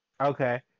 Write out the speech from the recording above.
Okay